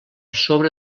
sobre